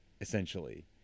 essentially